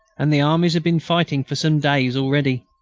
and the armies had been fighting for some days already.